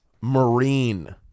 Marine